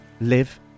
Live